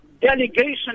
delegation